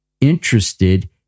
interested